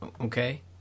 Okay